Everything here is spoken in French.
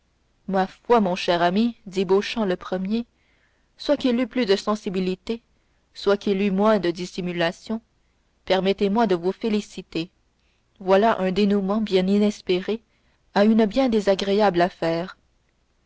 ma foi mon cher ami dit beauchamp le premier soit qu'il eût plus de sensibilité soit qu'il eût moins de dissimulation permettez-moi de vous féliciter voilà un dénouement bien inespéré à une bien désagréable